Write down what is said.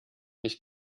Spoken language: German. nicht